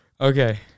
Okay